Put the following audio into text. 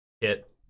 hit